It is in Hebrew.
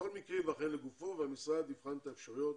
כל מקרה לגופו והמשרד יבחן את האפשרויות